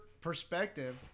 perspective